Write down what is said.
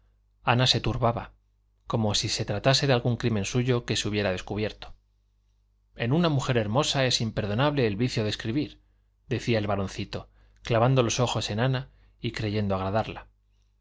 ana se turbaba como si se tratase de algún crimen suyo que se hubiera descubierto en una mujer hermosa es imperdonable el vicio de escribir decía el baroncito clavando los ojos en ana y creyendo agradarla